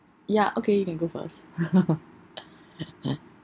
ya okay you can go first